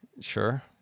Sure